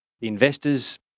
investors